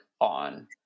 on